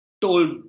told